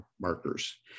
markers